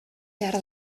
behar